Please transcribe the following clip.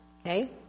okay